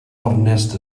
ornest